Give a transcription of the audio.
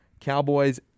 Cowboys